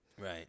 Right